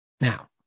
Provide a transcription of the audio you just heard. Now